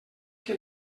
que